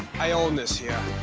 i own this here.